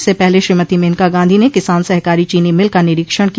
इससे पहले श्रीमती मेनका गांधी ने किसान सहकारी चीनी मिल का निरीक्षण किया